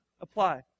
apply